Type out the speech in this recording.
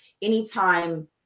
Anytime